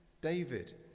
David